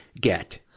get